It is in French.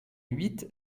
huit